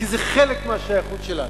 כי זה חלק מהשייכות שלנו.